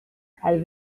had